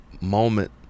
moment